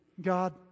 God